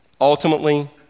ultimately